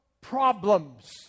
Problems